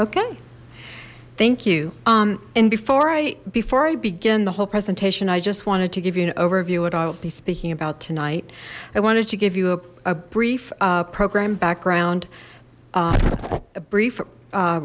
okay thank you um and before i before i begin the whole presentation i just wanted to give you an overview it i'll be speaking about tonight i wanted to give you a brief program background a brief